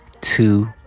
two